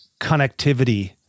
connectivity